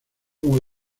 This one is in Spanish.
como